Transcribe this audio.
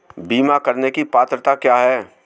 बीमा करने की पात्रता क्या है?